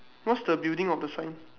what's the building of the sign